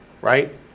right